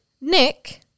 Nick